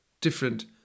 different